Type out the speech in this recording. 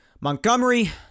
Montgomery